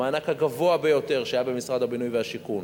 המענק הגבוה ביותר שהיה במשרד הבינוי והשיכון